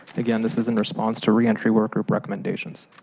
again this is in response to reentry work regulations.